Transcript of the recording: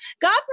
God